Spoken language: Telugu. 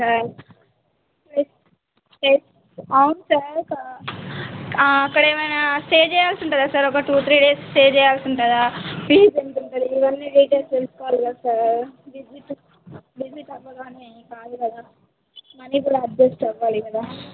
సార్ అవును సార్ అక్కడేమైనా స్టే చెయ్యాల్సుంటుందా సార్ ఒక టూ త్రీ డేస్ స్టే చెయ్యాల్సుంటుందా ఫీజు ఎంతుంటుంది ఇవన్నీ డీటైల్స్ తెలుసుకోవాలి కద సార్ విజిట్ విసిట్ అవ్వగానే కాదు కదా మనీ కూడా అడ్జస్ట్ అవ్వాలి కదా